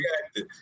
reacted